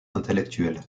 intellectuels